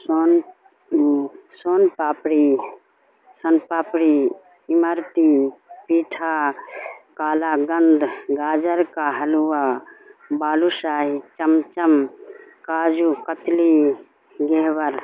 سون سون پاپڑی سون پاپڑی امرتی پیٹھا کلاکند گاجر کا حلوہ بالو شاہی چمچم کاجو قتلی گھیور